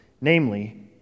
namely